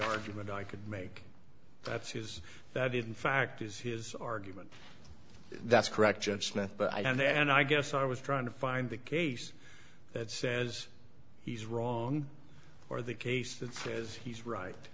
argument i could make that says that in fact is his argument that's correct judgment but i don't know and i guess i was trying to find the case that says he's wrong or the case that says he's right